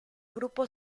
grupo